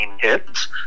hits